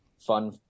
fun